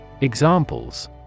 Examples